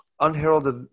unheralded